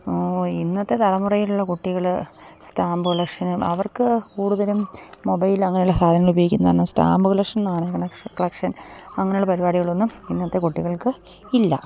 ഇന്നത്തെ തലമുറയിലുള്ള കുട്ടികൾ സ്റ്റാമ്പ് കളക്ഷനും അവർക്ക് കൂടുതലും മൊബൈൽ അങ്ങനെയുള്ള സാധനങ്ങൾ ഉപയോഗിക്കുന്നതാണ് സ്റ്റാമ്പ് കളക്ഷൻ കളക്ഷൻ അങ്ങനെയുള്ള പരിപാടികളൊന്നും ഇന്നത്തെ കുട്ടികൾക്ക് ഇല്ല